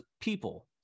people